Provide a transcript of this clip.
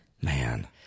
Man